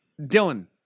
Dylan